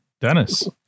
Dennis